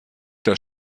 der